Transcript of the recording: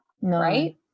right